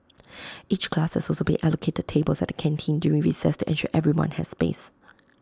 each class has also been allocated tables at the canteen during recess to ensure everyone has space